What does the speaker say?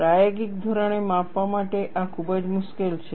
પ્રાયોગિક ધોરણે માપવા માટે આ ખૂબ જ મુશ્કેલ છે